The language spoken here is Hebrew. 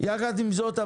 יחד עם זאת,